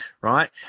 right